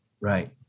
Right